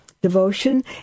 devotion